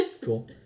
cool